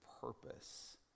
purpose